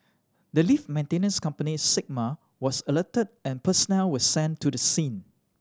the lift maintenance company Sigma was alerted and personnel were sent to the scene